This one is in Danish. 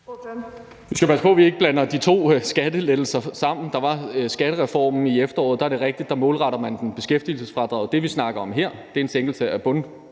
Vi skal passe på, at vi ikke blander de to skattelettelser sammen. Der var skattereformen i efteråret, og der er det rigtigt, at man målretter den beskæftigelsesfradraget. Det, som vi snakker om her, er en sænkelse af bundskatten,